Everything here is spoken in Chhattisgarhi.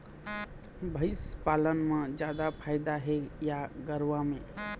भंइस पालन म जादा फायदा हे या गरवा में?